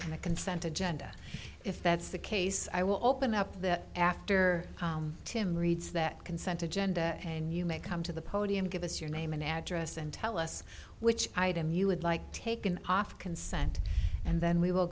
the consent agenda if that's the case i will open up that after tim reads that consent agenda and you may come to the podium give us your name and address and tell us which item you would like taken off consent and then we will